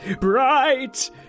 bright